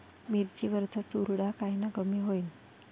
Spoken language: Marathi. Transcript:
मिरची वरचा चुरडा कायनं कमी होईन?